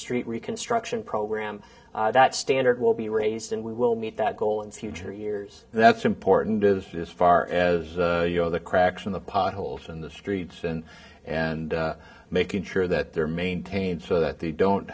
street reconstruction program that standard will be raised and we will meet that goal in future years that's important is as far as you know the cracks in the potholes in the streets and and making sure that they're maintained so that they don't